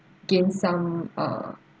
gain some uh